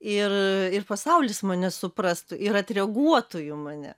ir ir pasaulis mane suprastų ir atreaguotų į mane